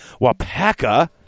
WAPACA